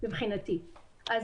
יש ישראלים,